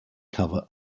cover